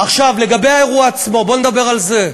עכשיו, לגבי האירוע עצמו, בואו נדבר על זה.